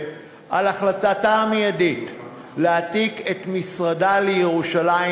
על החלטתה המיידית להעתיק את משרדה לירושלים.